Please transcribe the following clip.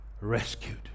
rescued